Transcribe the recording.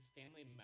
family